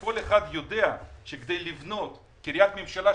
כל אחד יודע שכדי לבנות קריית ממשלה,